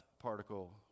particle